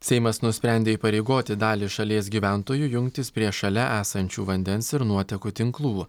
seimas nusprendė įpareigoti dalį šalies gyventojų jungtis prie šalia esančių vandens ir nuotekų tinklų